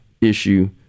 issue